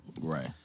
Right